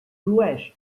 flueix